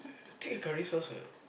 take a curry sauce what